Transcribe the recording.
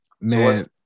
Man